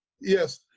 Yes